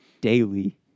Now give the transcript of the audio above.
daily